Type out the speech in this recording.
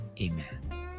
Amen